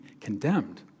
condemned